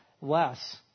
less